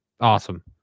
Awesome